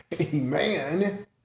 Amen